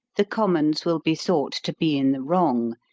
the commons will be thought to be in the wrong,